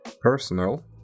personal